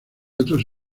otros